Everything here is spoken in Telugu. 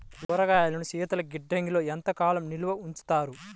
కూరగాయలను శీతలగిడ్డంగిలో ఎంత కాలం నిల్వ ఉంచుతారు?